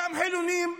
גם חילונים,